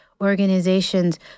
organizations